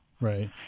Right